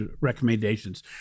recommendations